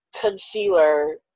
concealer